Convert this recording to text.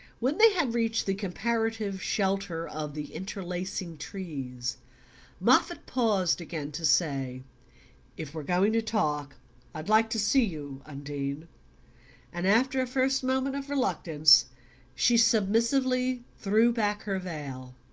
when they had reached the comparative shelter of the interlacing trees moffatt paused again to say if we're going to talk i'd like to see you. undine and after a first moment of reluctance she submissively threw back her veil.